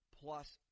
plus